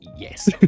Yes